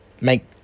make